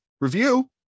review